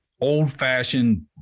old-fashioned